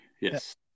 yes